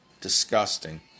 Disgusting